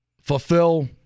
fulfill –